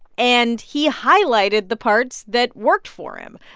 and he highlighted the parts that worked for him.